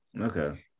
Okay